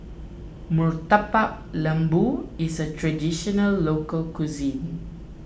Murtabak Lembu is a Traditional Local Cuisine